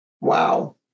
wow